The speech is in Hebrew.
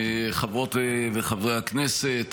חברות וחברי הכנסת,